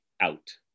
out